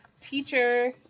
teacher